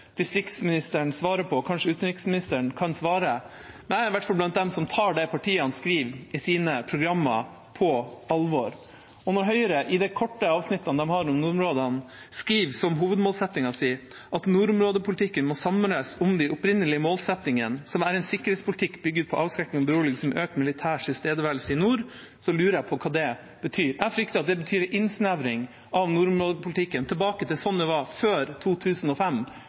distriktsministeren svare på, kanskje utenriksministeren kan svare? Jeg er i hvert fall blant dem som tar det partiene skriver i sine programmer, på alvor. Høyre skriver, i de korte avsnittene de har om nordområdene, som hovedmålsettingen sin: «Nordområdepolitikken må samles om de opprinnelige målsettingene, som er en sikkerhetspolitikk bygget på avskrekking og beroligelse med økt militær tilstedeværelse i nord.» Jeg lurer på hva det betyr. Jeg frykter at det betyr en innsnevring av nordområdepolitikken, tilbake til sånn det var før 2005,